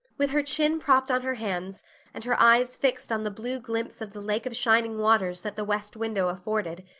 with her chin propped on her hands and her eyes fixed on the blue glimpse of the lake of shining waters that the west window afforded,